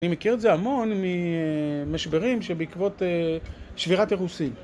אני מכיר את זה המון ממשברים שבעקבות שבירת אירוסין